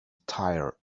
tire